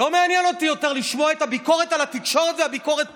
לא מעניין אותי יותר לשמוע את הביקורת על התקשורת והביקורת פה,